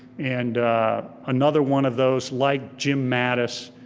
and another one of those, like jim mattis,